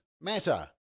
matter